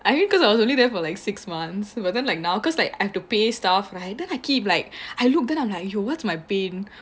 I mean cause I was only there for like six months but then like now cause like I have to pay stuff right then I keep like I looked then I'm like what's my pain